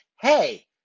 hey